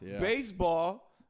baseball